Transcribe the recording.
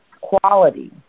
Quality